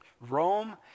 Rome